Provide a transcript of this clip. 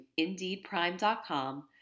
indeedprime.com